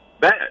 bad